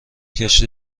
کشتی